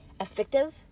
effective